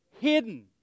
hidden